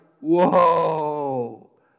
whoa